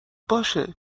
باشه